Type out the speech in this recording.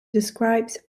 describes